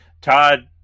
Todd